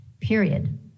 period